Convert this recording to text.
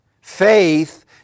Faith